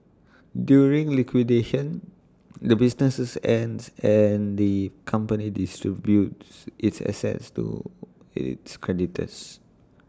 during liquidation the business ends and the company distributes its assets to its creditors